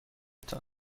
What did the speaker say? تان